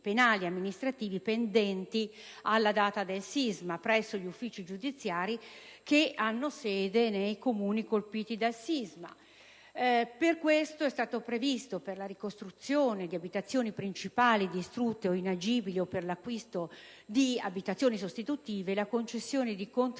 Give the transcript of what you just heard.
penali e amministrativi pendenti alla data del sisma presso gli uffici giudiziari che hanno sede nei Comuni colpiti dal sisma. Per questo è stata prevista per la ricostruzione di abitazioni principali distrutte o inagibili o per l'acquisto di abitazioni sostitutive la concessione di contributi,